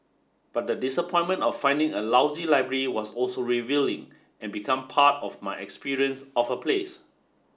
but the disappointment of finding a lousy library was also revealing and became part of my experience of a place